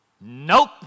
Nope